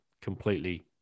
completely